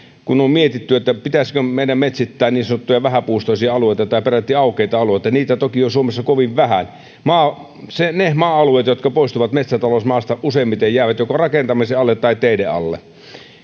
on mietitty pitäisikö meidän metsittää niin sanottuja vähäpuustoisia alueita tai peräti aukeita alueita mutta niitä toki on suomessa kovin vähän ne maa alueet jotka poistuvat metsätalousmaasta useimmiten jäävät joko rakentamisen alle tai teiden alle